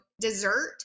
dessert